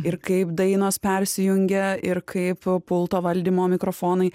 ir kaip dainos persijungia ir kaip pulto valdymo mikrofonai